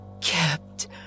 kept